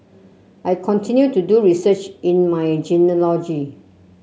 I continue to do research in my genealogy